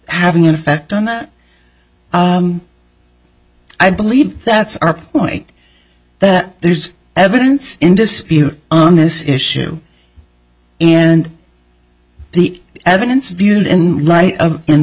having an effect on that i believe that's our point that there's evidence in dispute on this issue and the evidence viewed in light of